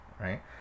Right